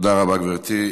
תודה רבה, גברתי.